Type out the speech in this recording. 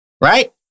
Right